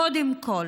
קודם כול,